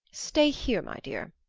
stay here, my dear.